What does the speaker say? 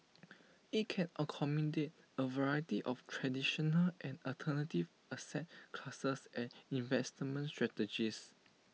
IT can accommodate A variety of traditional and alternative asset classes and investment strategies